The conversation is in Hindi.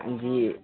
जी